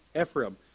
Ephraim